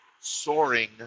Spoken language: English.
soaring